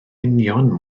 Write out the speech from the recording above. union